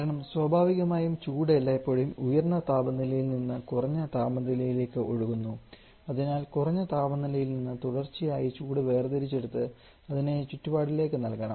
കാരണം സ്വാഭാവികമായും ചൂട് എല്ലായ്പ്പോഴും ഉയർന്ന താപനിലയിൽ നിന്ന് കുറഞ്ഞ താപനിലയിലേക്ക് ഒഴുകുന്നു അതിനാൽ കുറഞ്ഞ താപനിലയിൽ നിന്ന് തുടർച്ചയായി ചൂട് വേർതിരിച്ചെടുത്ത് അതിനെ ചുറ്റുപാടിലേക്ക് നൽകണം